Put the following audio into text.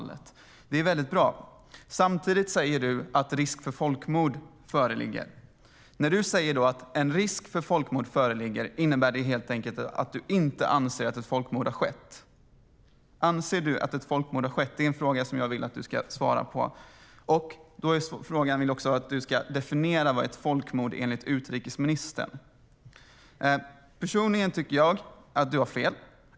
Samtidigt säger utrikesministern att risk för folkmord föreligger. När du säger att en risk för folkmord föreligger innebär det helt enkelt att du inte anser att ett folkmord har skett. Anser du att ett folkmord har skett? Det är en fråga som jag vill att du ska svara på. Jag vill också att du ska ge din definition av vad ett folkmord är. Personligen tycker jag att utrikesministern har fel.